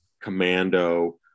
Commando